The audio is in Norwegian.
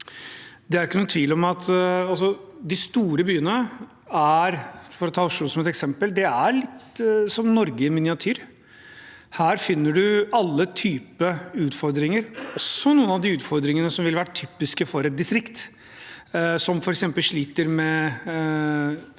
Det er ingen tvil om at de store byene – for å ta Oslo som et eksempel – er litt som Norge i miniatyr. Her finner du alle typer utfordringer, også noen av de utfordringene som ville vært typiske for et distrikt, f.eks. et distrikt som